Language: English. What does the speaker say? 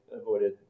avoided